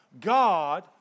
God